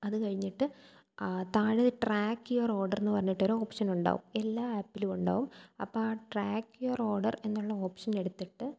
അതു കഴിഞ്ഞിട്ട് താഴെ ട്രാക്ക് യുവർ ഓഡർ എന്നുപറഞ്ഞിട്ടൊരു ഓപ്ഷൻ ഉണ്ടാകും എല്ലാ ആപ്പിലുമുണ്ടാകും അപ്പോൾ ട്രാക്ക് യുവർ ഓഡർ എന്നുള്ള ഓപ്ഷൻ എടുത്തിട്ട്